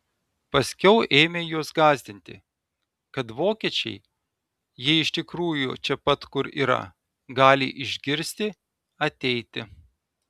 paskiau ėmė juos gąsdinti kad vokiečiai jei iš tikrųjų čia pat kur yra gali išgirsti ateiti